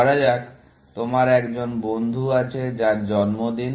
ধরা যাক তোমার একজন বন্ধু আছে যার জন্মদিন